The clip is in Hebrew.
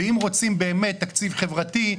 ואם רוצים תקציב חברתי,